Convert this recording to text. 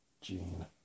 Gene